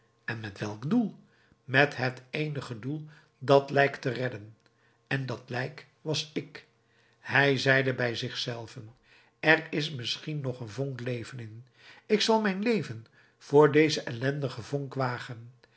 en met welk doel met het eenige doel dat lijk te redden en dat lijk was ik hij zeide bij zich zelven er is misschien nog een vonk leven in ik zal mijn leven voor deze ellendige vonk wagen